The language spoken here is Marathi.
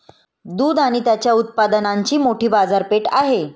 दूध आणि त्याच्या उत्पादनांची मोठी बाजारपेठ आहे